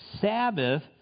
Sabbath